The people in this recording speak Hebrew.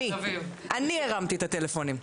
אני הרמתי את הטלפונים,